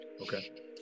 Okay